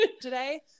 today